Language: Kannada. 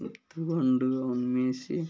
ತಗೊಂಡು ಮೇಯಿಸಿ